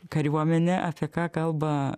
kariuomenė apie ką kalba